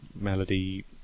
melody